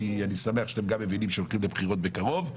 כי אני שמח שאתם גם מבינים שהולכים לבחירות בקרוב.